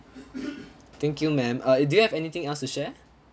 thank you ma'am uh do you have anything else to share